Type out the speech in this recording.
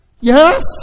Yes